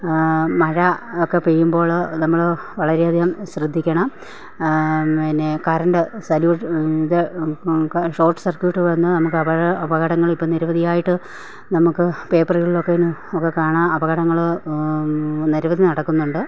മഴ ഒക്കെ പെയ്യുമ്പോൾ നമ്മൾ വളരെ അധികം ശ്രദ്ധിക്കണം പിന്നെ കറണ്ട് ഷോർട്ട് സർക്യൂട്ട് വന്നു നമുക്ക് അപകടങ്ങൾ ഇപ്പം നിരവധിയായിട്ട് നമുക്ക് പേപ്പറുകളിൽ ഒക്കെനും ഒക്കെ നമുക്ക് കാണാം അപകടങ്ങൾ നിരവധി നടക്കുന്നുണ്ട്